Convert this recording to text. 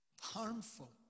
harmful